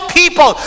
people